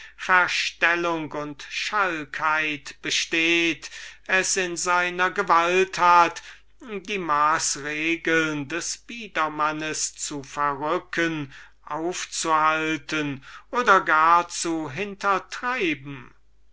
verstellung und schalkheit besteht es in ihrer gewalt haben seine maßregeln zu verrücken aufzuhalten oder gar zu hintertreiben